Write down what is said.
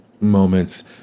moments